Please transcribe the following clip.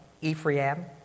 Ephraim